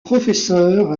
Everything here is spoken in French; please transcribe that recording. professeure